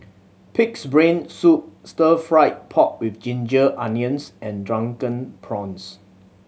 Pig's Brain Soup Stir Fry pork with ginger onions and Drunken Prawns